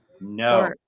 No